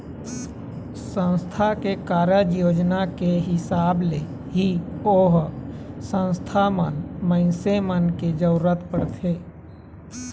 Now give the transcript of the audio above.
संस्था के कारज योजना के हिसाब ले ही ओ संस्था म मनखे मन के जरुरत पड़थे